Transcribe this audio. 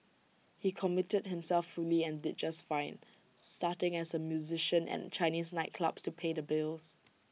he committed himself fully and did just fine starting as A musician at Chinese nightclubs to pay the bills